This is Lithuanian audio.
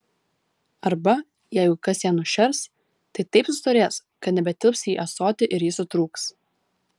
arba jeigu kas ją nušers tai taip sustorės kad nebetilps į ąsotį ir jis sutrūks